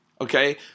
okay